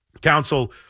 Council